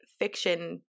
fiction